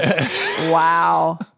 Wow